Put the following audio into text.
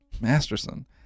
Masterson